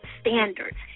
standards